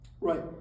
Right